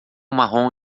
marrom